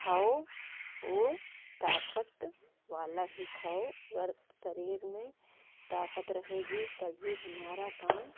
खाओ वह ताकत वाला ही खाओ और शरीर में ताकत रहेगी तभी हमारा काम